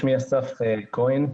שמי אסף כהן,